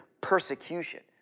persecution